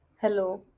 Hello